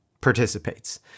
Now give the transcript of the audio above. participates